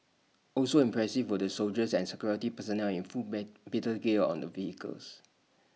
also impressive were the soldiers and security personnel in full battle gear on the vehicles